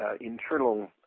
internal